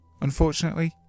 Unfortunately